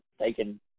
taken